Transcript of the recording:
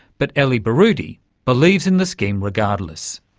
but elly baroudy believes in the scheme regardless.